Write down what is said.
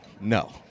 No